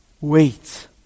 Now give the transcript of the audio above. wait